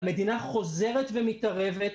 המדינה חוזרת ומתערבת,